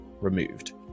removed